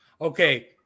Okay